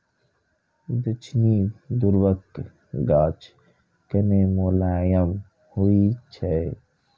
दक्षिणी ध्रुवक गाछ कने मोलायम होइ छै